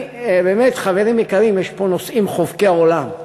חברים יקרים, יש פה נושאים חובקי עולם,